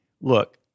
look